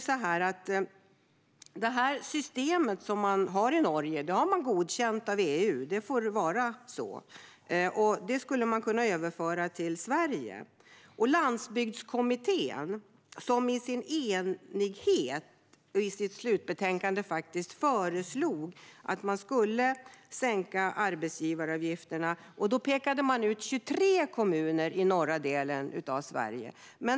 Systemet som man har i Norge har godkänts av EU - det får vara så - och det skulle man kunna överföra till Sverige. Landsbygdskommittén föreslog i sitt eniga slutbetänkande att man skulle sänka arbetsgivaravgifterna och pekade ut 23 kommuner i norra delen av Sverige.